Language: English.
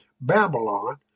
Babylon